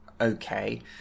Okay